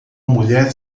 mulher